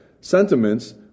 Sentiments